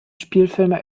spielfilme